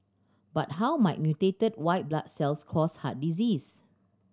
but how might mutated white blood cells cause heart disease